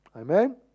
Amen